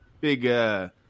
Big